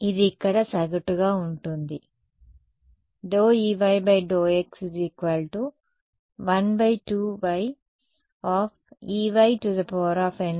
కాబట్టి ఇది ఇక్కడ సగటుగా ఉంటుంది